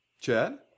Chad